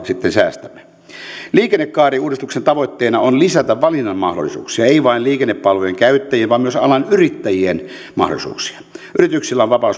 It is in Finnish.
säästämme liikennekaariuudistuksen tavoitteena on lisätä valinnanmahdollisuuksia ei vain liikennepalvelujen käyttäjien vaan myös alan yrittäjien mahdollisuuksia yrityksillä on vapaus